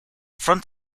front